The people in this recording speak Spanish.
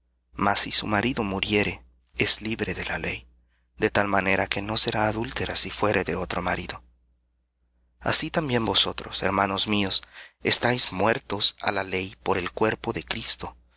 mas si su marido muriere es libre de la ley de tal manera que no será adúltera si fuere de otro marido así también vosotros hermanos míos estáis muertos á la ley por el cuerpo de cristo